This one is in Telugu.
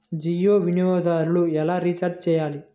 జియో వినియోగదారులు ఎలా రీఛార్జ్ చేయాలి?